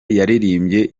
yaririmbye